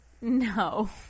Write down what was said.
No